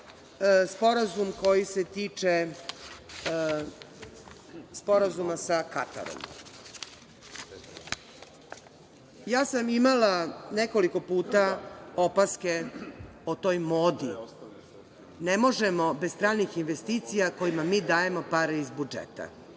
sporazum koji se tiče sporazuma sa Katarom. Ja sam imala nekoliko puta opaske o toj modi - ne možemo bez stranih investicija kojima mi dajemo pare iz budžeta.